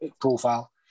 profile